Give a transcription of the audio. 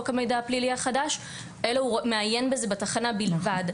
אלא מעיין בזה בתחנה בלבד.